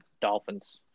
Dolphins